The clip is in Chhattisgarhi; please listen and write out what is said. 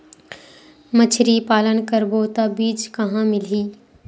मछरी पालन करबो त बीज कहां मिलही?